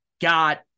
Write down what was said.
got